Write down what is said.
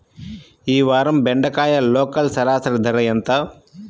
ఈ వారం బెండకాయ లోకల్ సరాసరి ధర ఎంత?